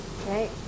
okay